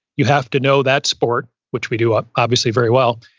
you have to know that sport, which we do obviously very well,